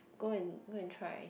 go and go and try